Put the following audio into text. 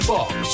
Box